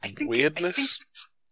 Weirdness